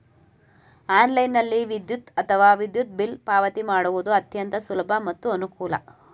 ಆನ್ಲೈನ್ನಲ್ಲಿ ವಿದ್ಯುತ್ ಅಥವಾ ವಿದ್ಯುತ್ ಬಿಲ್ ಪಾವತಿ ಮಾಡುವುದು ಅತ್ಯಂತ ಸುಲಭ ಮತ್ತು ಅನುಕೂಲ